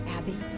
Abby